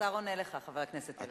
השר עונה לך, חבר הכנסת אלקין.